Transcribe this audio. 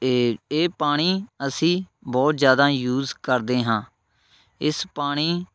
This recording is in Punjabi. ਇਹ ਪਾਣੀ ਅਸੀਂ ਬਹੁਤ ਜ਼ਿਆਦਾ ਯੂਜ਼ ਕਰਦੇ ਹਾਂ ਇਸ ਪਾਣੀ